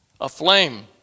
aflame